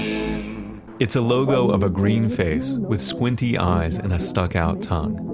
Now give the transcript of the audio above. it's a logo of a green face with squinty eyes and a stuck-out tongue.